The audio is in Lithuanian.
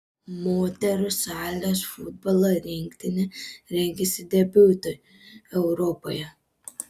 moterų salės futbolo rinktinė rengiasi debiutui europoje